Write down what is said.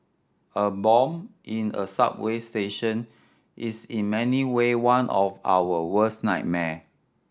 a bomb in a subway station is in many way one of our worst nightmare